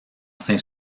saint